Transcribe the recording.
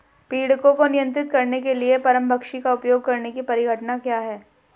पीड़कों को नियंत्रित करने के लिए परभक्षी का उपयोग करने की परिघटना क्या है?